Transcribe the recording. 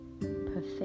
perfect